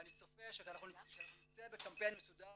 ואני צופה שכשאנחנו נצא בקמפיין מסודר